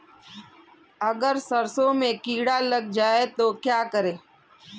अगर सरसों में कीड़ा लग जाए तो क्या करें?